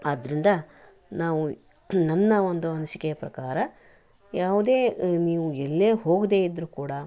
ಆದ್ದರಿಂದ ನಾವು ನನ್ನ ಒಂದು ಅನಿಸಿಕೆಯ ಪ್ರಕಾರ ಯಾವುದೇ ನೀವು ಎಲ್ಲೇ ಹೋಗದೇ ಇದ್ರೂ ಕೂಡ